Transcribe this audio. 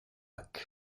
lacs